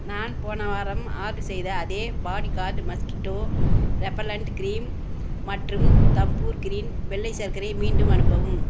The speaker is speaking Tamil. நான் போன வாரம் ஆட்ரு செய்த அதே பாடிகார்ட்டு மஸ்கிட்டோ ரெபல்லண்ட் க்ரீம் மற்றும் தம்பூர் க்ரீன் வெள்ளை சர்க்கரையை மீண்டும் அனுப்பவும்